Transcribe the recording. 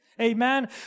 Amen